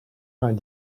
vingt